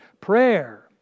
Prayer